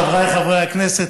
חבריי חברי הכנסת,